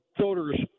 voters